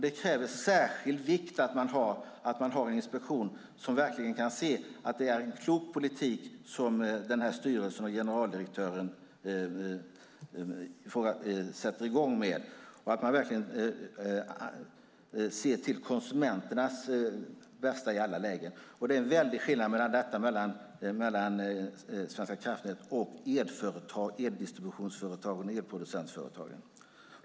Det kräver att särskild vikt läggs vid att man har en inspektion som verkligen kan se att det är en klok politik som styrelsen och generaldirektören bedriver och att man verkligen ser till konsumenternas bästa i alla lägen. Det är en väldig skillnad mellan Svenska kraftnät och elproducentföretagen och eldistributionsföretagen.